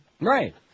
Right